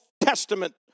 Testament